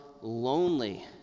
lonely